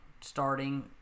starting